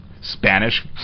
Spanish